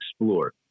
explore